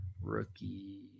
rookie